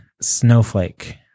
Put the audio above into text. Snowflake